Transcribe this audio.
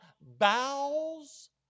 bowels